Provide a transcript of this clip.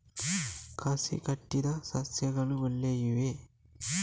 ಕಸಿ ಕಟ್ಟಿದ ಸಸ್ಯಗಳು ಒಳ್ಳೆಯವೇ?